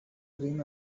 dream